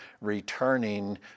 returning